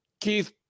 Keith